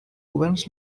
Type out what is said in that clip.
governs